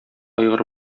айгыр